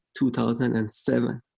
2007